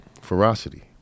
ferocity